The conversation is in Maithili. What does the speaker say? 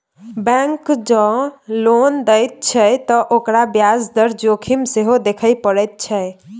बैंक जँ लोन दैत छै त ओकरा ब्याज दर जोखिम सेहो देखय पड़ैत छै